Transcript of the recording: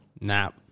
nap